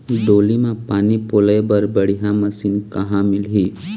डोली म पानी पलोए बर बढ़िया मशीन कहां मिलही?